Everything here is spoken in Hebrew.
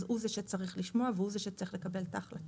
אז הוא זה שצריך לשמוע והוא זה שצריך לקבל את ההחלטה.